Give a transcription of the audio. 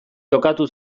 jokatu